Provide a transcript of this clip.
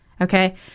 okay